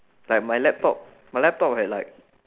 like my laptop my laptop had like